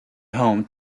home